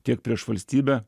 tiek prieš valstybę